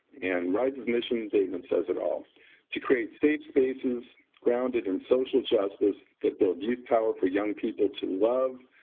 and ryse's mission statement says it all to create safe spaces grounded in social justice that build youth power for young people to love,